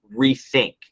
rethink